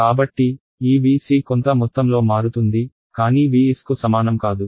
కాబట్టి ఈ Vc కొంత మొత్తంలో మారుతుంది కానీ Vs కు సమానం కాదు